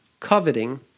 coveting